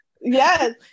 Yes